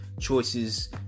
choices